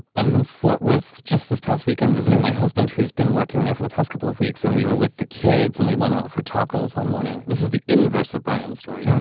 i was in fort worth just this past weekend visiting my husband who's been working there for the past couple of weeks and we were with the kids and we went out for tacos one morning. this is the inverse of brian's story.